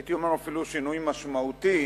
הייתי אומר אפילו שינוי משמעותי,